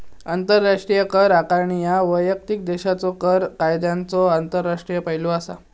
आंतरराष्ट्रीय कर आकारणी ह्या वैयक्तिक देशाच्यो कर कायद्यांचो आंतरराष्ट्रीय पैलू असा